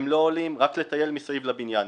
הם לא עולים רק לטייל מסביב לבניין.